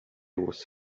was